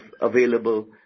available